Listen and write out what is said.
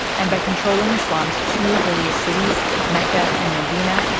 and by controlling islam's two holiest cities, mecca and medina,